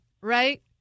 right